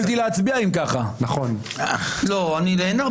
בסעיף 8, לאחר